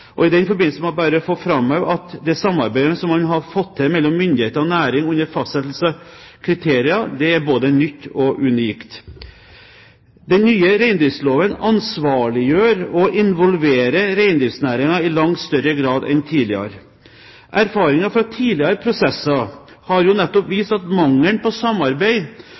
beslutningsprosessen. I den forbindelse må jeg bare få framheve at det samarbeidet som man har fått til mellom myndigheter og næring under fastsettelsen av kriterier, er både nytt og unikt. Den nye reindriftsloven ansvarliggjør og involverer reindriftsnæringen i langt større grad enn tidligere. Erfaringer fra tidligere prosesser har nettopp vist at mangelen på samarbeid